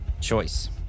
Choice